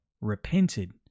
repented